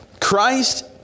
Christ